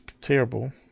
terrible